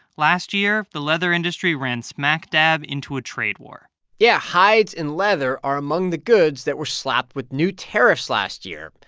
last year, the leather industry ran smack-dab into a trade war yeah, hides and leather are among the goods that were slapped with new tariffs last year.